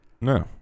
No